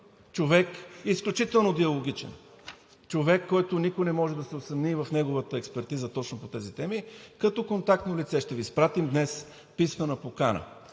човек изключително диалогичен, човек, за който никой не може да се усъмни в неговата експертиза точно по тези теми, като контактно лице. Ще Ви изпратим днес писмена покана